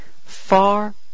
far